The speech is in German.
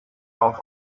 auf